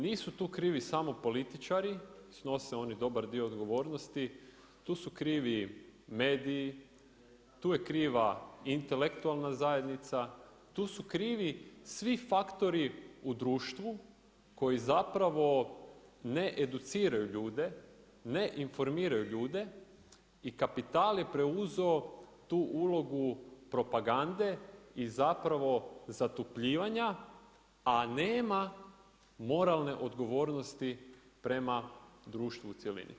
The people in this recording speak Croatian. Nisu tu krivi samo političari, snose oni dobar dio odgovornosti, tu su krivi mediji, tu je kriva intelektualna zajednica, tu su krivi svi faktori u društvu koji zapravo ne educiraju ljude, ne informiraju ljude i kapital je preuzeo tu ulogu propagande i zatupljivanja, a nema moralne odgovornosti prema društvu u cjelini.